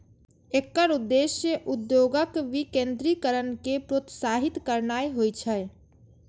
एकर उद्देश्य उद्योगक विकेंद्रीकरण कें प्रोत्साहित करनाय होइ छै